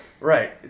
Right